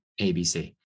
ABC